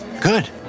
good